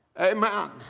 Amen